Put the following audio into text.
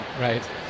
Right